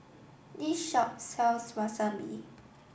this shop sells Wasabi